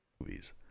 movies